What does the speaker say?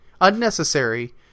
Unnecessary